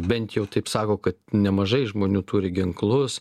bent jau taip sako kad nemažai žmonių turi ginklus